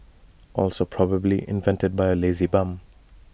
also probably invented by A lazy bum